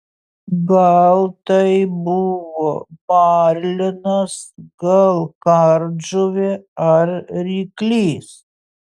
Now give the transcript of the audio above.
gal tai buvo marlinas gal kardžuvė ar ryklys